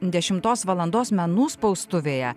dešimtos valandos menų spaustuvėje